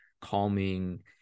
calming